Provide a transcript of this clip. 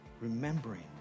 remembering